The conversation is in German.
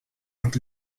und